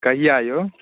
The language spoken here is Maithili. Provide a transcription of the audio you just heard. कहिआ यौ